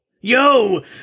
Yo